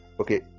Okay